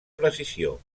precisió